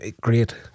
great